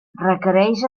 requereix